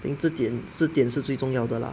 I think 这点这点是最重要的 lah